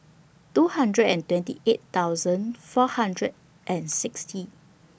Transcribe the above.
two hundred and twenty eight thousand four hundred and sixty